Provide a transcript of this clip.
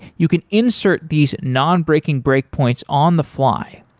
you can insert these nonbreaking breakpoints on the fly.